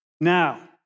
Now